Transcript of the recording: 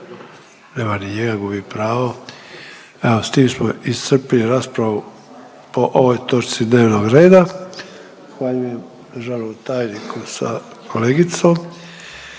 nema ni njega. Gubi pravo. Evo s tim smo iscrpili raspravu po ovoj točci dnevnog reda. Zahvaljujem državnom tajniku sa kolegicom.